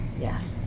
yes